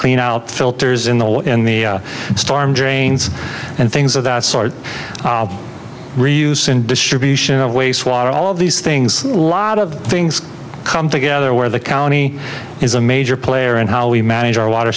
clean out the filters in the in the storm drains and things of that sort reuse and distribution of waste water all of these things lot of things come together where the county is a major player in how we manage our water